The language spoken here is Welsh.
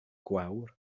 gwawr